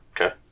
Okay